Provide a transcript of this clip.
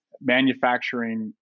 manufacturing